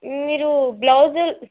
మీరూ బ్లౌజులు